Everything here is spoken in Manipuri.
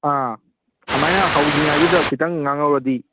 ꯑꯥ ꯑꯗꯨꯃꯥꯏꯅ ꯍꯧꯗ꯭ꯔꯤꯉꯥꯏꯗꯨꯗ ꯈꯤꯇꯪ ꯉꯥꯡꯍꯧꯔꯗꯤ